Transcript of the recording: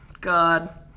God